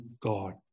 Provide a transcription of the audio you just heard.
God